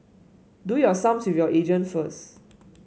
do your sums with your agent first